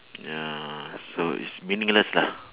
ya so it's meaningless lah